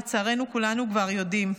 לצערנו כולנו כבר יודעים: